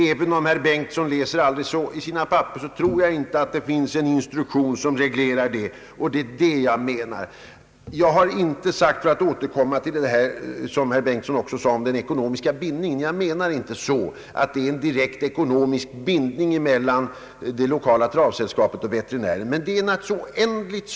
Även om herr Bengtsson aldrig så mycket läser i sina papper, saknas det en instruktion som reglerar detta. Jag återkommer till vad herr Bengtsson anförde om den ekonomiska bindning som förelåg mellan veterinären och det galoppeller travsällskap det gäller. Jag menade inte att det var fråga om någon direkt ekonomisk bindning mellan veterinären och det lokala sällskapet.